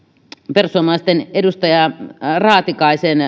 perussuomalaisten edustaja raatikaisen